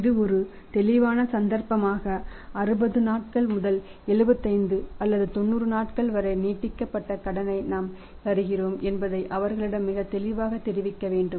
இது ஒரு தெளிவான சந்தர்ப்பமாக 60 நாட்கள் முதல் 75 அல்லது 90 நாட்கள் வரை நீட்டிக்கப்பட்ட கடனை நாம் தருகிறோம் என்பதை அவர்களிடம் மிகத் தெளிவாகத் தெரிவிக்க வேண்டும்